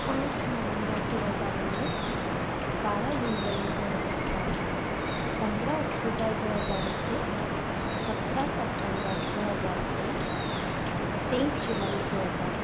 पाँच नवेंबर दो हजार उन्नीस बारह जनवरी हो हजार बाईस पंद्रह अक्टूबर दो हजार इक्कीस सत्रह सेप्टेंबर दो हजार तेईस तेईस जुलाई दो हजार तेईस